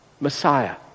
Messiah